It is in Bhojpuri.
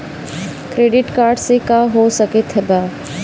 क्रेडिट कार्ड से का हो सकइत बा?